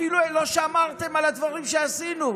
אפילו לא שמרתם על הדברים שעשינו.